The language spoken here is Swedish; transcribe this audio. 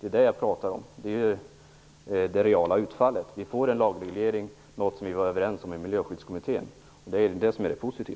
vad jag pratar om. Det är alltså det reala utfallet. Vi får alltså en lagreglering, något som vi var överens om i Miljöskyddskommittén. Det är det som är det positiva.